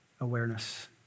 Awareness